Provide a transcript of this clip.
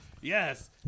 Yes